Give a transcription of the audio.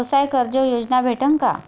व्यवसाय कर्ज योजना भेटेन का?